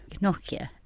Nokia